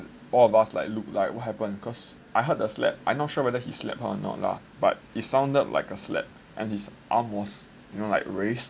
all of us like look like what happened cause I heard a slap I not sure whether he slap her or not lah but it sounded like a slap and his arm was you know like raised